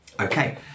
Okay